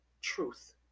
Truth